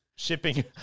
Shipping